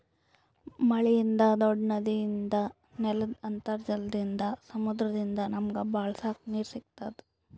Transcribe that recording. ಮಳಿಯಿಂದ್, ದೂಡ್ಡ ನದಿಯಿಂದ್, ನೆಲ್ದ್ ಅಂತರ್ಜಲದಿಂದ್, ಸಮುದ್ರದಿಂದ್ ನಮಗ್ ಬಳಸಕ್ ನೀರ್ ಸಿಗತ್ತದ್